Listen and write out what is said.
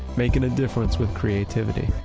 making a difference with creativity.